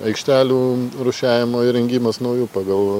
aikštelių rūšiavimo įrengimas naujų pagal